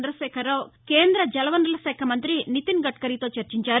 చంద్రశేఖరరావు కేంద్ర జలవనరుల శాఖ మంత్రి నితిన్ గద్కరీతో చర్చించారు